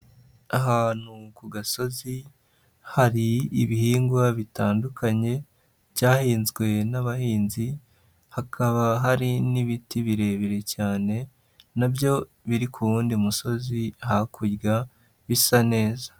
Ahantu ku gasozi hari ibihingwa bitandukanye byahinzwe n'abahinzi, hakaba hari n'ibiti birebire cyane nabyo biri ku wundi musozi hakurya bisa neza.